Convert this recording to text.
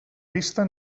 vista